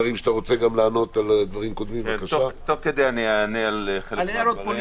תוד כדי אני אענה על דברים שעלו.